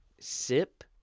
sip